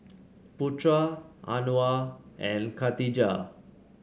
Putra Anuar and Khatijah